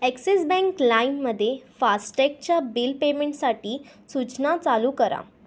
axis bank लाईममध्ये फास्टॅगच्या bill पेमेंटसाठी सूचना चालू करा